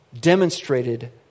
demonstrated